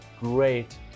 great